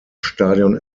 stadion